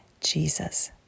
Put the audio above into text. Jesus